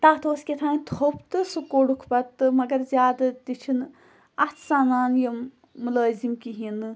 تَتھ اوس کیٛاہ تھام تھوٚپ تہٕ سُہ کوٚڑُکھ پَتہٕ تہٕ مگر زیادٕ تہِ چھِنہٕ اَتھ سَنان یِم مُلٲزِم کِہیٖنۍ نہٕ